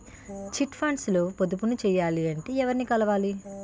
Chit funds లో పొదుపు చేయాలంటే ఎవరిని కలవాలి?